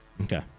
Okay